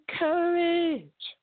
courage